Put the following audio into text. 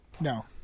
No